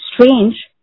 strange